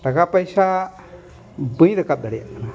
ᱴᱟᱠᱟ ᱯᱚᱭᱥᱟ ᱵᱟᱹᱧ ᱨᱟᱠᱟᱵ ᱫᱟᱲᱮᱭᱟᱜᱼᱟ ᱠᱟᱱᱟ